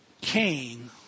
Cain